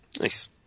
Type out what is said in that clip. Nice